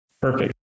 Perfect